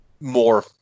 more